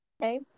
okay